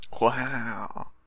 Wow